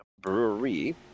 brewery